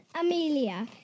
Amelia